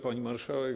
Pani Marszałek!